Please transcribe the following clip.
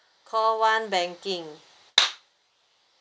call one banking